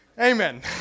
Amen